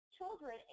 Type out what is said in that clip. children